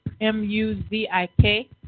M-U-Z-I-K